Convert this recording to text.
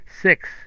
Six